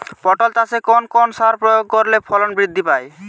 পটল চাষে কোন কোন সার প্রয়োগ করলে ফলন বৃদ্ধি পায়?